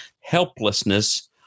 helplessness